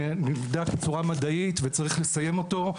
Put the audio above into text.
שנבדק בצורה מדעית וצריך לסיים אותו,